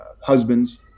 husbands